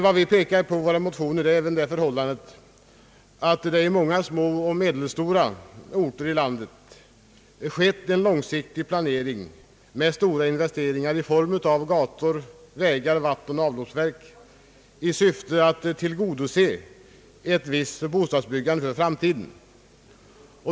Vad vi pekat på i våra motioner är det förhållandet att det i många små och medelstora orter i landet skett en långsiktig planering med stora investeringar i form av gator, vägar, vattenoch avloppsverk, i syfte att tillgodose ett visst bostadsbyggande för framtiden.